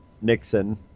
Nixon